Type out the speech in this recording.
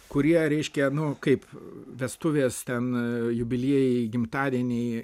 kurie reiškia nu kaip vestuvės ten jubiliejai gimtadieniai